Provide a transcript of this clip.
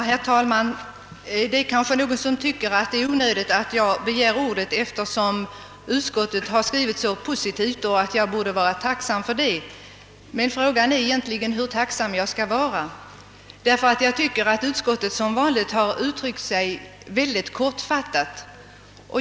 Herr talman! Kanske tycker någon att det är onödigt att jag begär ordet, eftersom utskottet har skrivit så positivt, och att jag i stället borde vara tacksam för detta. Frågan är emellertid hur tacksam jag skall vara, ty jag tycker att utskottet som vanligt har uttryckt sig mycket kortfattat.